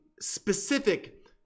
specific